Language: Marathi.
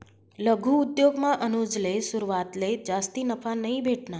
लघु उद्योगमा अनुजले सुरवातले जास्ती नफा नयी भेटना